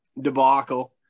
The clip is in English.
debacle